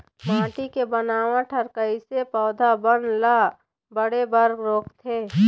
माटी के बनावट हर कइसे पौधा बन ला बाढ़े बर रोकथे?